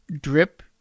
drip